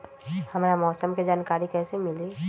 हमरा मौसम के जानकारी कैसी मिली?